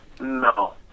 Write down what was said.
No